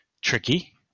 tricky